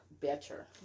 better